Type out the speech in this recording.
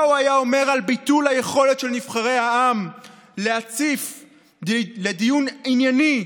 מה הוא היה אומר על ביטול היכולת של נבחרי העם להציף לדיון ענייני,